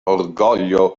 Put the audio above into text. orgoglio